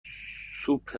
سوپ